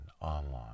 Online